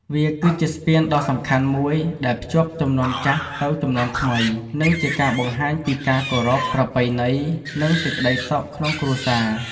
វាគឺជាស្ពានដ៏សំខាន់មួយដែលភ្ជាប់ជំនាន់ចាស់ទៅជំនាន់ថ្មី និងជាការបង្ហាញពីការគោរព ប្រពៃណី និងសេចក្តីសុខក្នុងគ្រួសារ។